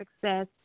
Success